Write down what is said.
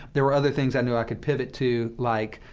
there were other things i knew i could pivot to, like,